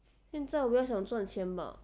现在我要想赚钱 bah